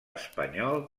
espanyol